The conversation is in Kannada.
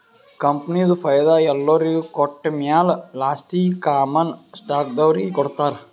ಕಂಪನಿದು ಫೈದಾ ಎಲ್ಲೊರಿಗ್ ಕೊಟ್ಟಮ್ಯಾಲ ಲಾಸ್ಟೀಗಿ ಕಾಮನ್ ಸ್ಟಾಕ್ದವ್ರಿಗ್ ಕೊಡ್ತಾರ್